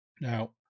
Now